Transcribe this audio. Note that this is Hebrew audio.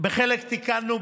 בחלק תיקנו,